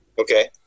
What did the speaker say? Okay